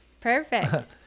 Perfect